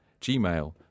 gmail